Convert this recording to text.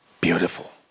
Beautiful